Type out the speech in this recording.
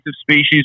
species